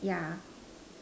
yeah